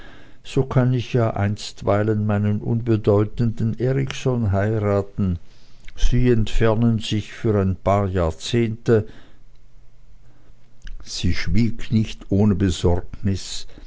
so kann ich ja einstweilen meinen unbedeutenden erikson heiraten sie entfernten sich für ein paar jahrzehente sie schwieg nicht ohne besorgnis